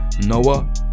Noah